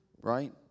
Right